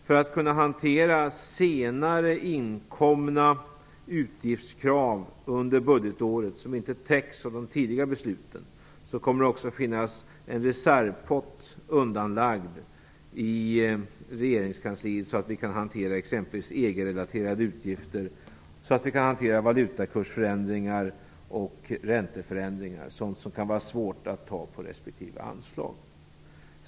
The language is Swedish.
För att kunna hantera senare under budgetåret inkomna utgiftskrav som inte täcks av tidigare beslut kommer det att finnas en reservpott undanlagd i regeringskansliet; detta för att vi skall kunna hantera exempelvis EG-relaterade utgifter och även valutakursförändringar och ränteförändringar som det kan vara svårt att ta på respektive anslag.